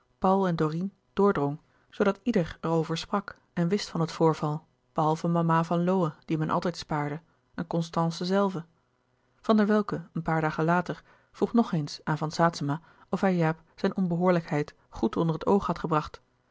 paul en dorine doordrong zoodat ieder er over sprak en wist van het voorval behalve mama van lowe die men altijd spaarde en constance zelve van der welcke een paar dagen later vroeg nog eens aan van saetzema of hij jaap zijne onbehoorlijkheid goed onder het oog had gebracht